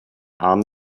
arm